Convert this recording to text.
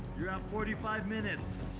you're at forty five minutes.